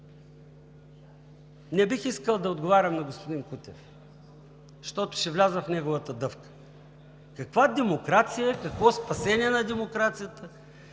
Не бих искал да отговарям на господин Кутев, защото ще вляза в неговата дъвка. Каква демокрация, какво спасение на демокрацията,